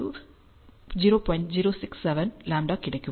067λ கிடைக்கும்